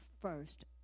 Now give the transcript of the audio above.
first